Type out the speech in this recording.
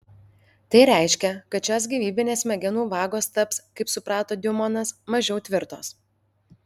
tai reiškia kad šios gyvybinės smegenų vagos taps kaip suprato diumonas mažiau tvirtos